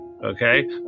Okay